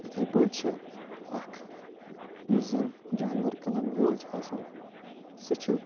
یِتھَے پٲٹھۍ چھِ اَکھ یُس زَنہٕ جانوَر کٕنَن وول چھِ آسان سُہ چھِ